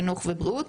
חינוך ובריאות,